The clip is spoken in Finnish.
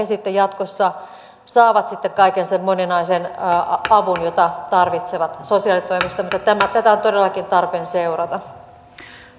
sitten jatkossa saavat kaiken sen moninaisen avun jota tarvitsevat sosiaalitoimesta mutta tätä on todellakin tarpeen seurata